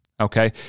Okay